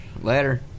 Later